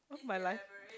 cause my life